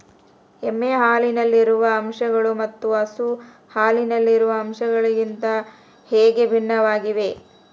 ಎಮ್ಮೆ ಹಾಲಿನಲ್ಲಿರುವ ಅಂಶಗಳು ಮತ್ತು ಹಸು ಹಾಲಿನಲ್ಲಿರುವ ಅಂಶಗಳಿಗಿಂತ ಹೇಗೆ ಭಿನ್ನವಾಗಿವೆ?